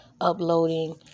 uploading